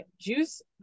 juice